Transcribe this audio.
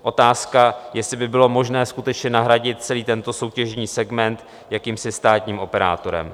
Otázka je, jestli by bylo možné skutečně nahradit celý tento soutěžní segment jakýmsi státním operátorem.